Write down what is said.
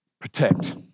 protect